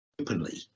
openly